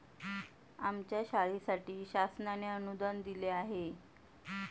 आमच्या शाळेसाठी शासनाने अनुदान दिले आहे